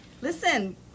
Listen